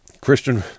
Christian